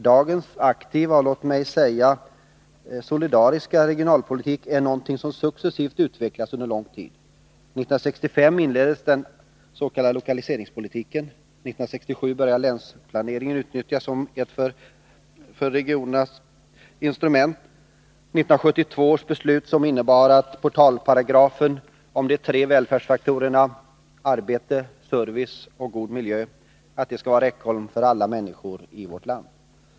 Dagens aktiva och låt mig säga solidariska regionalpolitik är något som successivt utvecklats under lång tid. 1965 inleddes den s.k. lokaliseringspolitiken. 1967 började länsplaneringen utnyttjas som ett regionernas instrument. 1972 års beslut innebar att portalparagrafen om de tre välfärdsfaktorerna — arbete, service och god miljö — skall vara inom räckhåll för alla människor i vårt land.